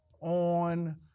on